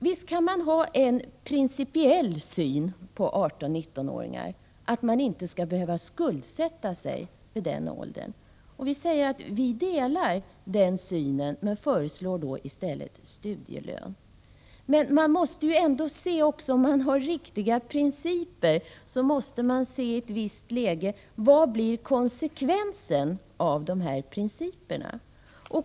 Visst går det att ha en principiell syn på 18-19-åringar — att man inte skall behöva skuldsätta sig vid den åldern. Vi säger att vi ansluter oss till det synsättet men föreslår då i stället studielön. Men man måste ändå se efter om det är riktiga principer och undersöka: Vad blir konsekvenserna av de här principerna i ett visst läge?